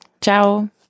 Ciao